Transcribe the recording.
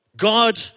God